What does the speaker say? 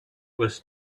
was